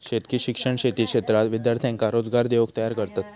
शेतकी शिक्षण शेती क्षेत्रात विद्यार्थ्यांका रोजगार देऊक तयार करतत